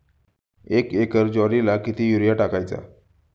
एक एकर ज्वारीला किती युरिया टाकायचा?